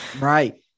Right